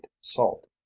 salt